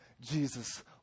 Jesus